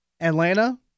Atlanta